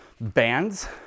bands